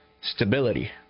stability